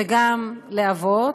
וגם לאבות.